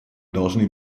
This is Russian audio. должны